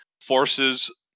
forces